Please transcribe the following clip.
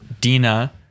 Dina